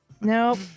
Nope